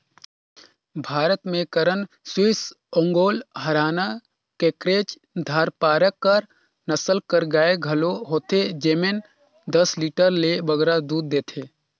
भारत में करन स्विस, ओंगोल, हराना, केकरेज, धारपारकर नसल कर गाय घलो होथे जेमन दस लीटर ले बगरा दूद देथे